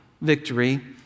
victory